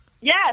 Yes